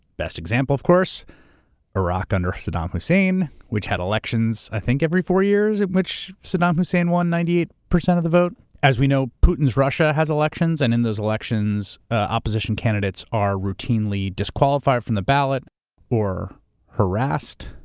best example, of course, was iraq under saddam hussein, which had elections, i think, every four years, in which saddam hussein won ninety eight percent of the vote. as we know, putin's russia has elections and, in those elections, opposition candidates are routinely disqualified from the ballot or harassed